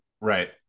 Right